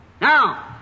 Now